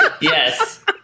Yes